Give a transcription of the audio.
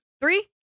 Three